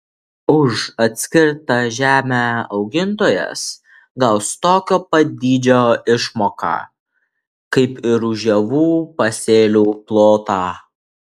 už atskirtą žemę augintojas gaus tokio pat dydžio išmoką kaip ir už javų pasėlių plotą